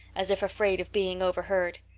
as if afraid of being overheard,